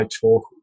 talk